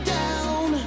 down